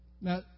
Now